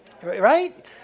Right